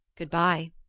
good-bye,